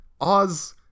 Oz